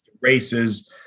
races